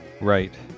Right